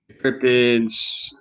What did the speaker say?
cryptids